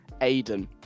aiden